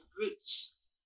roots